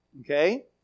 okay